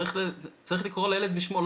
צריך לקרוא לילד בשמו.